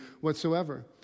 whatsoever